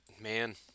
man